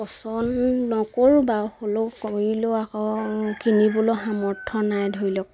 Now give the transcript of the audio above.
পচন্দ নকৰোঁ বাৰু সকলো কৰিলেও আকৌ কিনিবলৈ সামৰ্থ নাই ধৰি লওক